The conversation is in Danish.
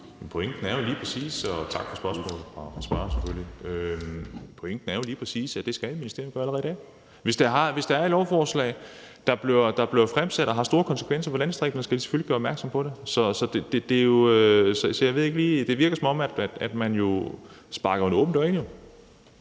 Tak for spørgsmålet fra spørgeren. Pointen er jo lige præcis, at det skal et ministerium gøre allerede i dag. Hvis der er et lovforslag, der bliver fremsat, som har store konsekvenser for landdistrikterne, skal de selvfølgelig gøre opmærksom på det. Så det virker jo, som om man sparker en åben dør